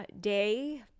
day